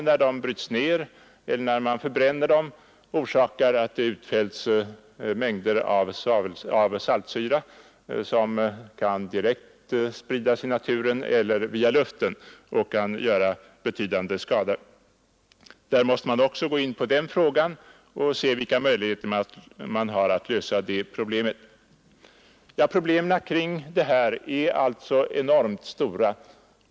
När de brytes ned eller förbrännes utfälles mängder av saltsyra, som kan spridas i naturen direkt eller via luften och vålla betydande skada. Man måste också undersöka vilka möjligheter det finns att lösa den frågan. De problem som det här gäller är enormt stora.